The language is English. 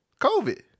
covid